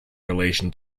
relation